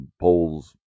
polls